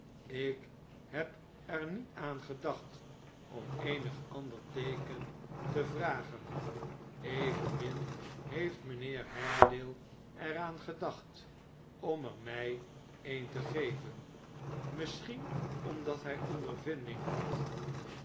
ik heb er met aan gedacht om eenig ander sekente vragen evenmin heeft mijnheer haredale er aan gedacht om er mij een te geven misschien omdat hij ondemnding had